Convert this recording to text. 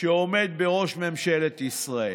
שעומד בראש ממשלת ישראל.